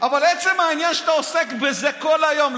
אבל עצם העניין שאתה עוסק בזה כל היום,